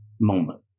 moment